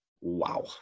Wow